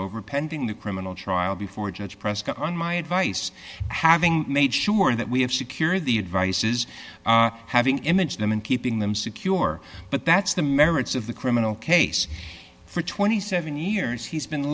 over pending the criminal trial before judge prescott on my advice having made sure that we have secured the advice is having image them and keeping them secure but that's the merits of the criminal case for twenty seven years he's been